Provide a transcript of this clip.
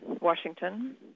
Washington